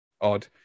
odd